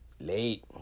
late